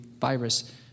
virus